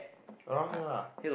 around here lah